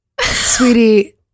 sweetie